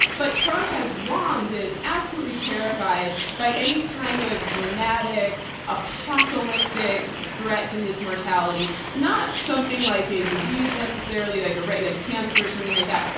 but trump has long been absolutely terrified by any kind of dramatic apocalyptic threat to his mortality. not something like a disease necessarily, like a regular cancer or something like that.